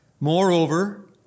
Moreover